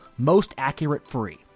MostAccurateFree